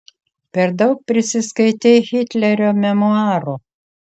per daug prisiskaitei hitlerio memuarų